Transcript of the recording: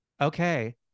okay